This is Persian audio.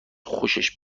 خوشش